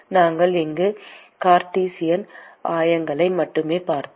நாங்கள் இங்கு கார்ட்டீசியன் ஆயங்களை மட்டுமே பார்த்தோம்